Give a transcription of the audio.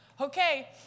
okay